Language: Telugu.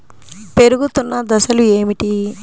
పెరుగుతున్న దశలు ఏమిటి?